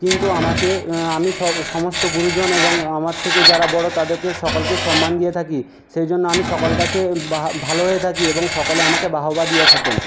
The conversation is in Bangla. কিন্তু আমাকে আমি সব সমস্ত গুরুজন এবং আমার থেকে যারা বড়ো তাদেরকে সকলকেই সম্মান দিয়ে থাকি সেই জন্য আমি সকল কাছে ভালো হয়ে থাকি এবং সকলে আমাকে বাহবা দিয়ে থাকেন